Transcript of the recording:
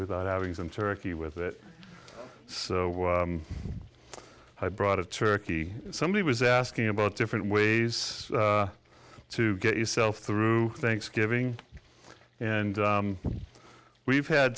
without having some turkey with it so i brought a turkey somebody was asking about different ways to get yourself through thanksgiving and we've had